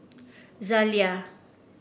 zalia